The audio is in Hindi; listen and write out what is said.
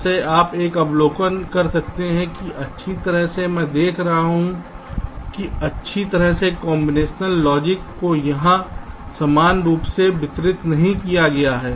जैसे आप एक अवलोकन कर सकते हैं कि अच्छी तरह से मैं देख रहा हूं कि अच्छी तरह से कॉम्बिनेशनल लॉजिक को यहां समान रूप से वितरित नहीं किया गया है